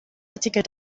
artikel